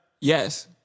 Yes